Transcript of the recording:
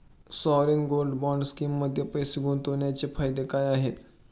Sovereign gold bond स्कीममध्ये पैसे गुंतवण्याचे फायदे काय आहेत?